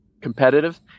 competitive